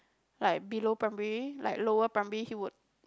like below primary like lower primary he would